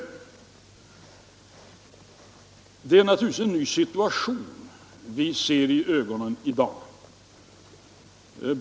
Det är naturligtvis en ny situation vi ser i ögonen i dag.